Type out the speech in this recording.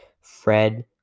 Fred